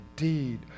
indeed